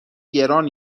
گران